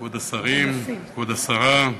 כבוד השרים, כבוד השרה,